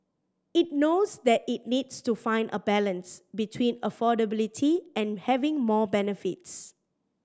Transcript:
it knows that it needs to find a balance between affordability and having more benefits